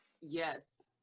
Yes